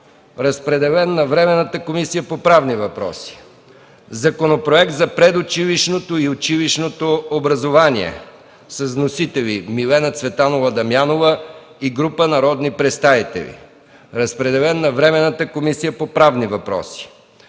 Разпределен е на Временната комисия по правни въпроси. 8. Законопроект за предучилищното и училищното образование. Вносители – Милена Цветанова Дамянова и група народни представители. Разпределен е на Временната комисия по правни въпроси.